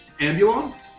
Ambulon